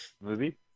Movie